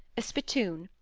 a spittoon,